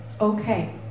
Okay